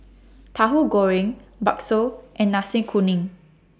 Tahu Goreng Bakso and Nasi Kuning